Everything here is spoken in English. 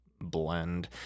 blend